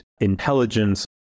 intelligence